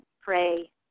pray